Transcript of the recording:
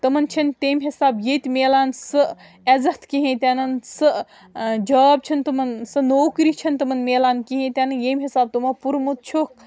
تِمَن چھِنہٕ تَمہِ حِساب ییٚتہِ مِلان سُہ عزت کِہیٖنۍ تہِ نَن سُہ جاب چھُنہٕ تِمَن سُہ نوکری چھِنہٕ تِمَن مِلان کِہیٖنۍ تہِ نہٕ ییٚمہِ حِساب تِمو پوٚرمُت چھُکھ